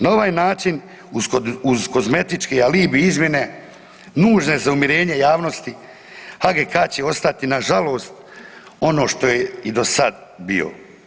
Na ovaj način uz kozmetički alibi izmjene nužne za umirenje javnosti HGK-a će ostati na žalost ono što je i do sada bio.